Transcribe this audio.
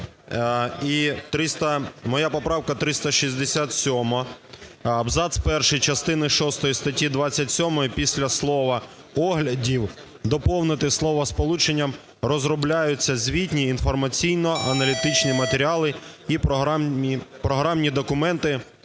моя поправка 367, абзац перший частини шостої статті 27 після слова "оглядів" доповнити словосполученням "розробляються звітні інформаційно-аналітичні матеріали і програмні документи,